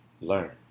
learn